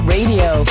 Radio